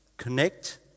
connect